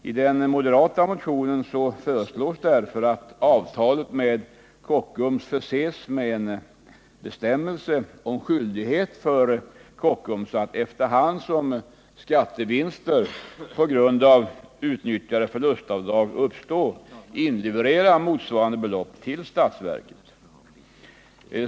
I den moderata motionen föreslås därför att avtalet med Kockums förses med en bestämmelse om skyldighet för Kockums att efter hand som skattevinster på grund av utnyttjade förlustavdrag uppstår inleverera motsvarande belopp till statsverket.